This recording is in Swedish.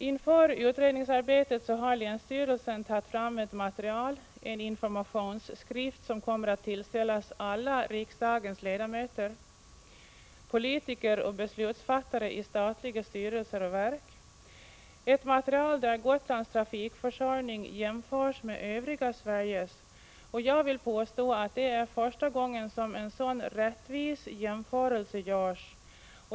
Inför utredningsarbetet har länsstyrelsen tagit fram ett material, en informationsskrift som kommer att tillställas alla riksdagens ledamöter, politiker och beslutsfattare i statliga styrelser och verk, ett material där Gotlands trafikförsörjning jämförs med övriga Sveriges. Jag vill påstå att det är första gången som en sådan rättvis jämförelse görs.